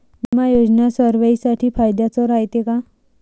बिमा योजना सर्वाईसाठी फायद्याचं रायते का?